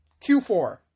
Q4